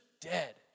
dead